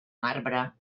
marbre